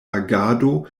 agado